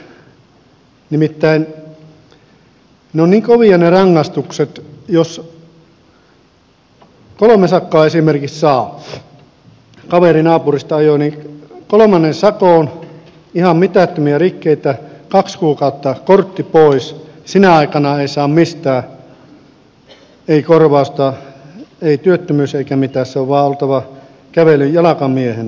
nimittäin ne rangaistukset ovat niin kovia että jos kolme sakkoa esimerkiksi saa kaveri naapurista ajoi kolmannen sakon ihan mitättömiä rikkeitä kaksi kuukautta on kortti pois sinä aikana ei saa mistään korvausta ei työttömyys eikä mitään se on vain oltava jalkamiehenä sen aikaa